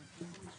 שעה.